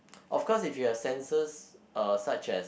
of course if you have sensors uh such as